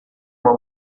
uma